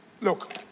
look